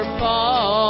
fall